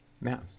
Now